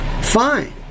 Fine